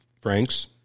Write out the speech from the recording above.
Franks